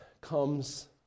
comes